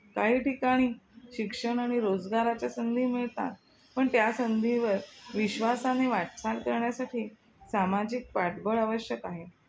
काही ठिकाणी शिक्षण आणि रोजगाराच्या संधी मिळतात पण त्या संधीवर विश्वासाने वाटचाल करण्यासाठी सामाजिक पाठबळ आवश्यक आहे